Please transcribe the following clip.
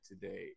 today